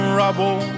rubble